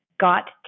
got